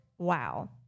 wow